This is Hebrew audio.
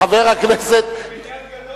אני לוקח על עצמי למצוא לך מתווך למכור את הבית.